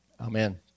Amen